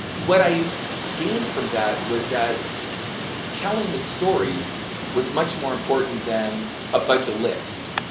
what i gain from that, was that telling the story was much more important than a bunch of licks.